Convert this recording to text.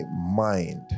mind